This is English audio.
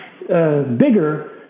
bigger